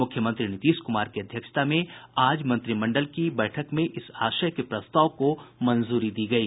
मुख्यमंत्री नीतीश कुमार की अध्यक्षता में आज मंत्रिमंडल की बैठक में इस आशय के प्रस्ताव को मंजूरी दी गयी